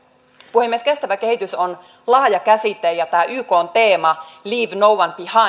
puhemies kestävä kehitys on laaja käsite ja tämä ykn teema leave no one